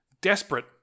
Desperate